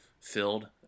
filled